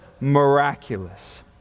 miraculous